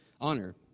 honor